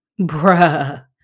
Bruh